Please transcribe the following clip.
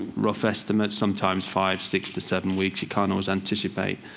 rough estimate, sometimes five, six to seven weeks you can't always anticipate.